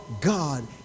God